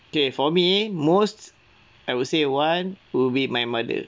okay for me most I will say one will be my mother